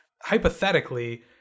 Hypothetically